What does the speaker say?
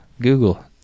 Google